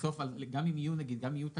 בסוף, גם אם יהיו תקנות,